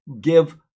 give